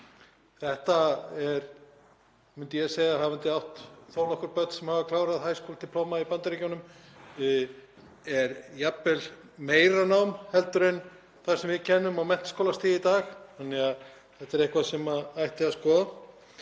Þetta er, myndi ég segja, hafandi átt þó nokkur börn sem hafa klárað „high school diploma“ í Bandaríkjunum, jafnvel meira nám en það sem við kennum á menntaskólastigi í dag, þannig að þetta er eitthvað sem ætti að skoða.